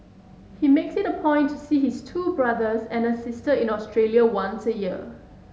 he makes it a point to see his two brothers and a sister in Australia once a year